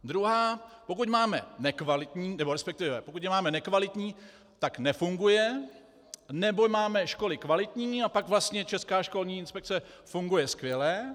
Druhá pokud máme nekvalitní, resp. pokud je máme nekvalitní, tak nefunguje, nebo máme školy kvalitní, pak vlastně Česká školní inspekce funguje skvěle.